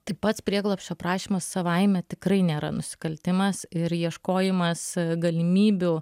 tai pats prieglobsčio prašymas savaime tikrai nėra nusikaltimas ir ieškojimas galimybių